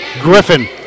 Griffin